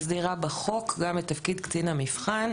מסדירה בחוק גם את תפקיד קצין המבחן,